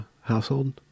household